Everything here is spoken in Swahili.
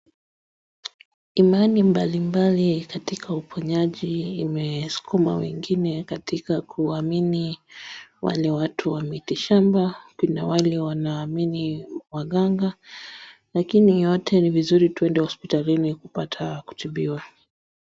Imani mbalimabli katika uponyaji imesukuma wengine katika kuamini wale watu wa mitishamba. Kuna wale wanaamini waganga lakini yote ni vizuri twende hospitalini kupata kutibiwa.